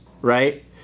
right